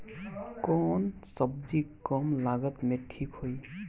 कौन सबजी कम लागत मे ठिक होई?